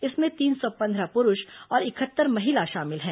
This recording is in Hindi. इनमें तीन सौ पंद्रह पुरूष और इकहत्तर महिला शामिल हैं